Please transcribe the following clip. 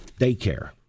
daycare